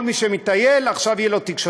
שכל מי שמטייל, עכשיו תהיה לו תקשורת.